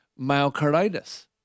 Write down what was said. myocarditis